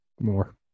More